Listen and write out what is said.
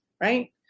right